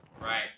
Right